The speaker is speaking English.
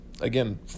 again